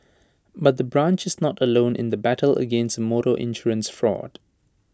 but the branch is not alone in the battle against motor insurance fraud